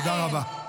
תודה רבה.